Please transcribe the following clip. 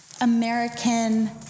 American